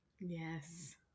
Yes